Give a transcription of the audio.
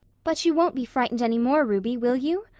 but you won't be frightened any more, ruby, will you?